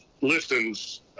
listens